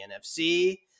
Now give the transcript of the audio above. NFC